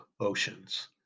oceans